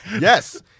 Yes